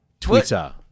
Twitter